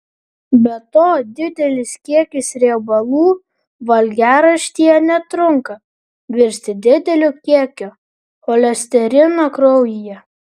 be to didelis kiekis riebalų valgiaraštyje netrunka virsti dideliu kiekiu cholesterino kraujyje